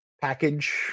package